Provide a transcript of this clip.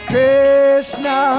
Krishna